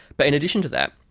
but in addition to that,